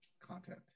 content